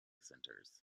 centers